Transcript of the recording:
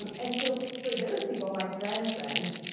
um and so for those people, my friend friends,